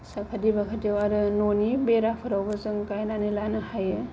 साखाथि फाखाथियाव आरो न'नि बेराफोरावबो जों गायनानै लानो हायो